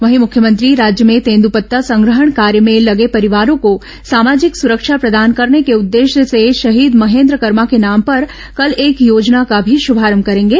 वहीं मुख्यमंत्री राज्य में तेंदूपत्ता संग्रहण कार्य में लगे परिवारों को सामाजिक सुरक्षा प्रदान करने के उद्देश्य से शहीद महेन्द्र कर्मा के नाम पर कल एक योजना का भी शुभारंभ करेंगे